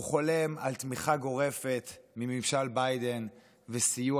הוא חולם על תמיכה גורפת מממשל ביידן וסיוע